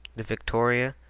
the victoria,